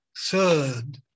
Third